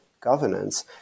governance